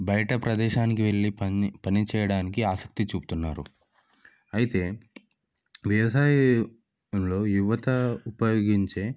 బయట ప్రదేశానికి వెళ్ళి పన్ని పని చేయడానికి ఆసక్తి చూపుతున్నారు అయితే వ్యవసాయలో యువత ఉపయోగించే